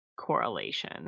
correlation